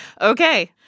Okay